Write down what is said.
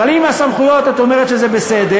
אבל אם לגבי הסמכויות את אומרת שזה בסדר,